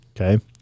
Okay